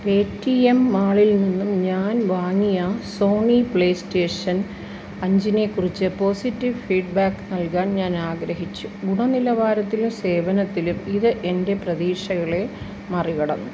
Paytm മാളിൽ നിന്നും ഞാൻ വാങ്ങിയ സോണി പ്ലേസ്റ്റേഷൻ അഞ്ചിനെ കുറിച്ച് പോസിറ്റീവ് ഫീഡ്ബാക്ക് നൽകാൻ ഞാൻ ആഗ്രഹിച്ചു ഗുണനിലവാരത്തിലും സേവനത്തിലും ഇത് എൻ്റെ പ്രതീക്ഷകളെ മറികടന്നു